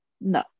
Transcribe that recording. No